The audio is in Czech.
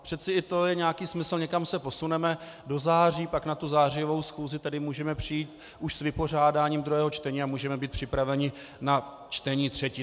Přece to má nějaký smysl, někam se posuneme do září, pak na tu zářijovou schůzi můžeme přijít už s vypořádáním druhého čtení a můžeme být připraveni na čtení třetí.